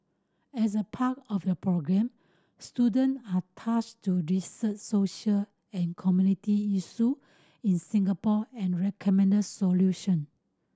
as a part of the programme students are tasked to research social and community issue in Singapore and recommend solution